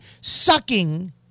Sucking